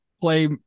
play